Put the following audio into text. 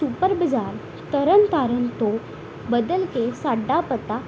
super ਬਜ਼ਾਰ ਤਰਨਤਾਰਨ ਤੋਂ ਬਦਲ ਕੇ ਸਾਡਾ ਪਤਾ